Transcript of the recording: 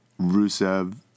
Rusev